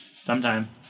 Sometime